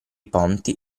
ponti